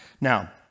Now